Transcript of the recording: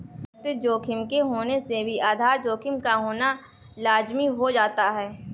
व्यवस्थित जोखिम के होने से भी आधार जोखिम का होना लाज़मी हो जाता है